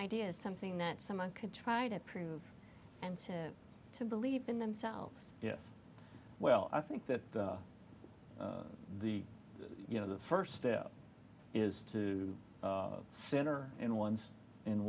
ideas something that someone could try to prove and to believe in themselves yes well i think that the you know the first step is to center in one's in